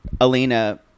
Alina